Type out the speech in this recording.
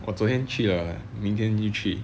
我昨天去了明天又去